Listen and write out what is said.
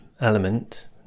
element